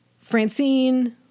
Francine